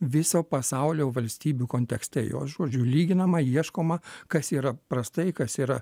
viso pasaulio valstybių kontekste jo žodžiu lyginama ieškoma kas yra prastai kas yra